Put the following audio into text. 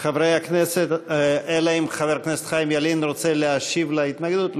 חבר הכנסת חיים ילין רוצה להשיב על ההתנגדות?